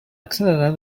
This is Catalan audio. accelerar